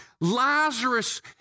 Lazarus